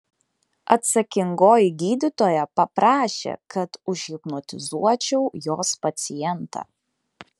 atsakingoji gydytoja paprašė kad užhipnotizuočiau jos pacientą